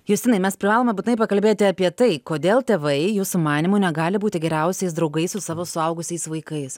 justinai mes privalome būtinai pakalbėti apie tai kodėl tėvai jūsų manymu negali būti geriausiais draugais su savo suaugusiais vaikais